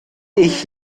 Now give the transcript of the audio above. ich